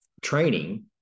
training